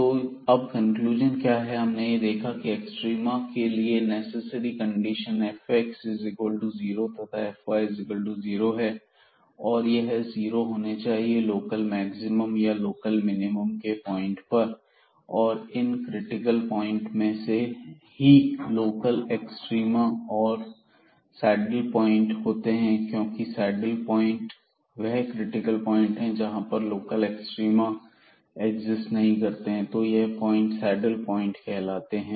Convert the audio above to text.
तो अब कंक्लुजन क्या है हमने यह देखा की एक्सट्रीमा के लिए नेसेसरी कंडीशन fxab0 तथा fyab0 है और यह जीरो होने चाहिए लोकल मैक्सिमम या लोकल मिनिमम के पॉइंट्स पर और इन क्रिटिकल पॉइंट्स में से ही लोकल एक्सट्रीमा और सैडल प्वाइंट होते हैं क्योंकि सैडल प्वाइंट वह क्रिटिकल प्वाइंट हैं जहां पर लोकल एक्सट्रीमा एक्सिस्ट नहीं करते हैं तो यह पॉइंट सैडल प्वाइंट कहलाते हैं